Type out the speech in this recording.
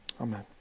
Amen